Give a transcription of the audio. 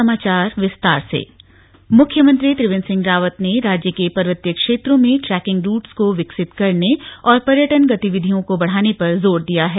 समीक्षा मुख्यमंत्री त्रिवेन्द्र सिंह रावत ने राज्य के पर्वतीय क्षेत्रों में ट्रैकिंग रूटस को विकसित करने और पर्यटन गतिविधयों को बढ़ाने पर जोर दिया है